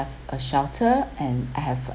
a shelter and I have